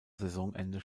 saisonende